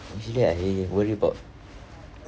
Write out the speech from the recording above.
usually I worry about